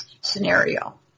scenario